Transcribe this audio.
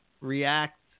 react